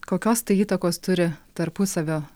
kokios tai įtakos turi tarpusavio